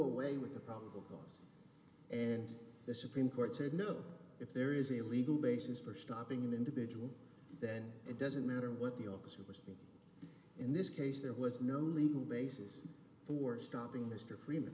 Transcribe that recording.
away with the probable cause and the supreme court said no if there is a legal basis for stopping the individual then it doesn't matter what the officer was in this case there was no legal basis for stopping mr freeman